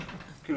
אני לא רואה